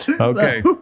Okay